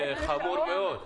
זה חמור מאוד.